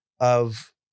of-